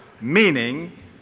meaning